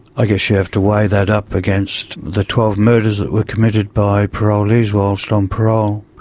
i guess you have to weigh that up against the twelve murders that were committed by parolees whilst on parole.